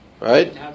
Right